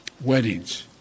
weddings